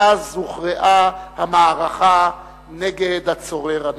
מאז הוכרעה המערכה נגד הצורר הנאצי.